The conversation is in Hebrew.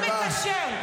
שר מקשר.